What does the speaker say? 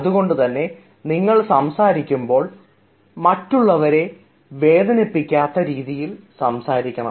അതുകൊണ്ടുതന്നെ നിങ്ങൾ സംസാരിക്കുമ്പോൾ മറ്റുള്ളവരെ വേദനിപ്പിക്കാത്ത രീതിയിൽ സംസാരിക്കണം